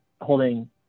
holding